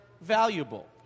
valuable